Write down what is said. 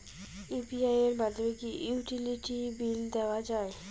UPI এর মাধ্যমে কি ইউটিলিটি বিল দেওয়া যায়?